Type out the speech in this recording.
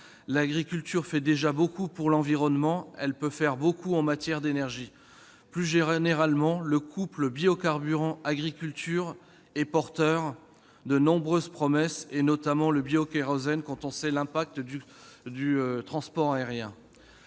L'agriculture fait déjà beaucoup pour l'environnement. Elle peut faire beaucoup aussi en matière d'énergie. Plus généralement, le couple biocarburants et agriculture est porteur de nombreuses promesses, notamment en matière de biokérosène- songeons à l'importance du transport aérien